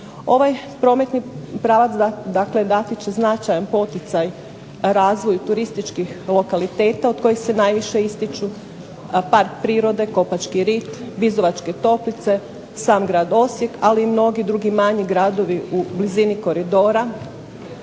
Ovaj prometni pravac, dakle dati će značajan poticaj razvoju turističkih lokaliteta od kojih se najviše ističu park prirode Kopački rit, Bizovačke toplice, sam grad Osijek ali i mnogi drugi manji gradovi u blizini koridora